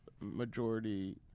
majority